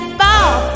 ball